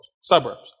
suburbs